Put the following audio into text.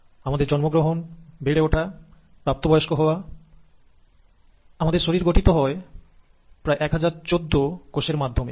আমাদের জন্মগ্রহণ বেড়ে ওঠা এবং প্রাপ্তবয়স্ক হওয়া আমাদের শরীর গঠিত হয় প্রায় 1014কোষের মাধ্যমে